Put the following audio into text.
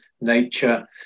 nature